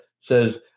says